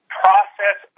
process